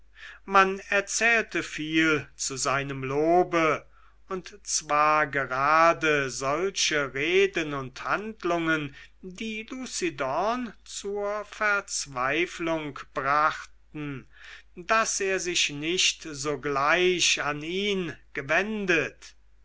man erzählte viel zu seinem lobe und zwar gerade solche reden und handlungen die lucidorn zur verzweiflung brachten daß er sich nicht sogleich an ihn gewendet